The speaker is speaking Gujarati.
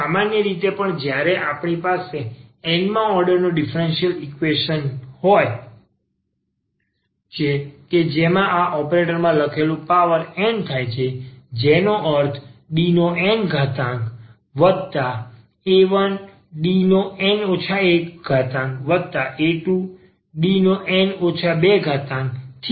સામાન્ય રીતે પણ જ્યારે આપણી પાસે આ n માં ઓર્ડરનો ડીફરન્સીયલ સમીકરણ હોય છે જેમ કે આ ઓપરેટર માં લખેલું પાવર n થાય છે જેનો અર્થ Dna1Dn 1a2Dn 2anyX થાય છે